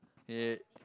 head